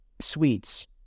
sweets